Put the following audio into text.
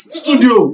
studio